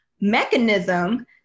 mechanism